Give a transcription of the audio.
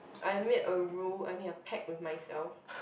I made a rule I made a pact with myself